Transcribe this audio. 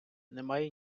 немає